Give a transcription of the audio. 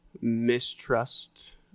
mistrust